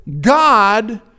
God